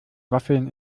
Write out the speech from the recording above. waffeln